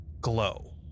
glow